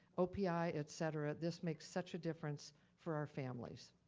opi, et cetera, this makes such a difference for our families.